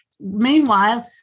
Meanwhile